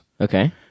Okay